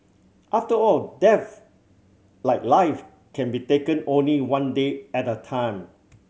after all death like life can be taken only one day at a time